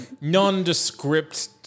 nondescript